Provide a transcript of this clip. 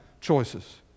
choices